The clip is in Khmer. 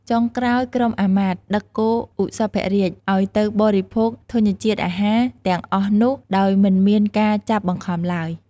ចុងក្រោយក្រុមអាមាត្រ ដឹកគោឧសភរាជឱ្យទៅបរិភោគធញ្ញអាហារទាំងអស់នោះដោយមិនមានការចាប់បង្ខំឡើយ។